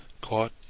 Caught